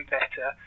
better